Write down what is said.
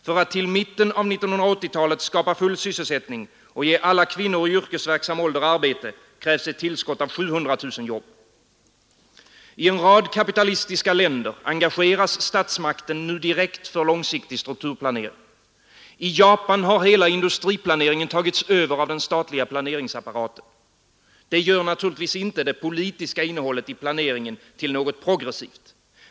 För att till mitten av 1980-talet skapa full sysselsättning och ge alla kvinnor i yrkesverksam ålder arbete krävs ett tillskott av 700 000 jobb. I en rad kapitalistiska länder engageras statsmakten direkt för långsiktig strukturplanering. I Japan har hela industriplaneringen tagits över av den statliga planeringsapparaten. Det gör naturligtvis inte det politiska innehållet i planeringen till något progressivt.